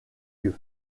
yeux